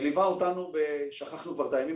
זה ליווה אותנו שכחנו כבר את הימים